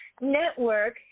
Network